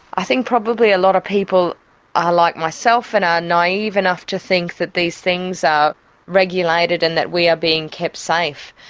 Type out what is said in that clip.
i think probably a lot of people are like myself and are naive enough to think that these things are regulated and that we are being kept safe.